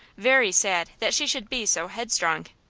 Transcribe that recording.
very sad that she should be so headstrong,